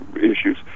issues